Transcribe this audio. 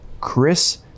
chris